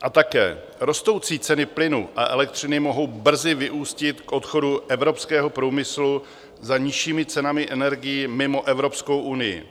A také rostoucí ceny plynu a elektřiny mohou brzy vyústit k odchodu evropského průmyslu za nižšími cenami energií mimo Evropskou unii.